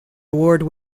award